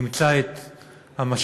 נמצא את המשאבים,